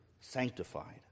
sanctified